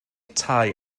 tai